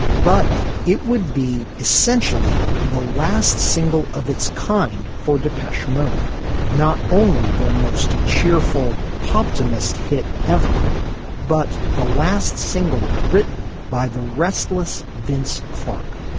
but it would be essentially the last single of its kind for depeche mode not only their most cheerful pop dimmest hit ever but the last single written by the restless vince clark.